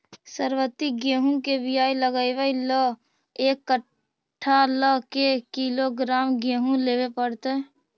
सरबति गेहूँ के बियाह लगबे ल एक कट्ठा ल के किलोग्राम गेहूं लेबे पड़तै?